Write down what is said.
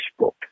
Facebook